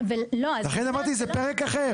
לכן אמרתי זה פרק אחר.